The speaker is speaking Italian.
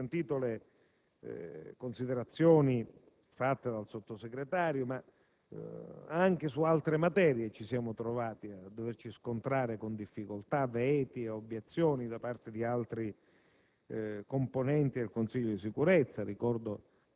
a partire dal Consiglio di Sicurezza delle Nazioni Unite. Ho ascoltato le considerazioni del Sottosegretario, ma anche su altre materie ci siamo trovati a doversi scontrare con difficoltà, veti, obiezioni da parte di altri